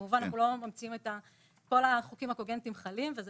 כמובן שכל החוקים הקוגנטיים חלים וזה